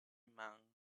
man